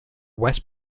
west